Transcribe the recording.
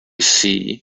sea